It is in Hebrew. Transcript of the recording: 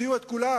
הפתיעו את כולם,